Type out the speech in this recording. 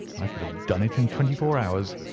i could have done it in twenty-four hours.